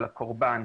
של הקורבן,